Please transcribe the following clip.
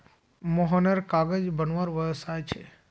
मोहनेर कागज बनवार व्यवसाय छे